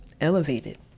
elevated